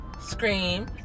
scream